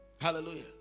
Hallelujah